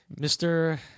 Mr